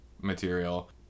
material